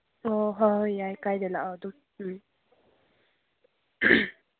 ꯑꯣ ꯍꯣꯏ ꯍꯣꯏ ꯌꯥꯏ ꯀꯥꯏꯗꯦ ꯂꯥꯛꯑꯣ ꯑꯗꯨ ꯎꯝ